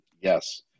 yes